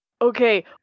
Okay